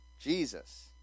Jesus